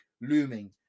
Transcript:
looming